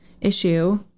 issue